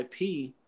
IP